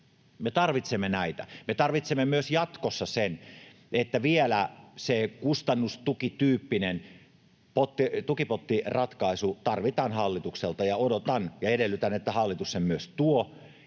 Me tarvitsemme näitä. Me tarvitsemme myös jatkossa vielä sen kustannustukityyppisen tukipottiratkaisun hallitukselta, ja odotan ja edellytän, että hallitus sen myös tuo.